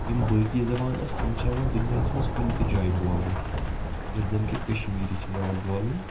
یِم باقٕے زَبان آسہٕ تِم چھِ یِوان دُنیاہَس منٛز کُنہِ تہِ جایہِ بولنہٕ ییٚلہِ زَن کہِ کشمیٖری چھِ نہٕ یِوان بولنہٕ